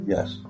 Yes